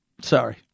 sorry